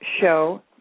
show